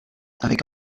avec